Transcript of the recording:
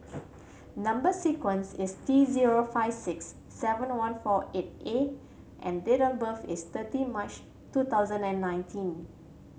number sequence is T zero five six seven one four eight A and date of birth is thirty March two thousand and nineteen